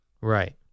Right